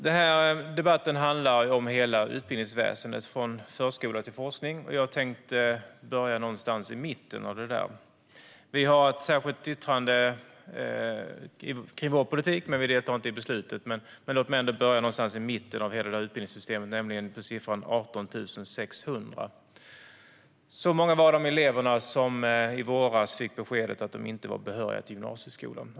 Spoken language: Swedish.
Den här debatten handlar om hela utbildningsväsendet, från förskola till forskning. Vi har ett särskilt yttrande, men vi deltar inte i beslutet. Låt mig ändå börja någonstans i mitten av hela utbildningssystemet, nämligen på siffran 18 600. Så många var de elever som i våras fick beskedet att de inte var behöriga till gymnasieskolan.